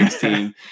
team